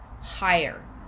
higher